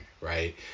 right